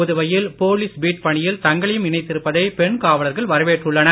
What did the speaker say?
புதுவையில் police beat பணியில் தங்களையும் இணைத்திருப்பதை பெண் காவலர்கள் வரவேற்றுள்ளனர்